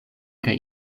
kaj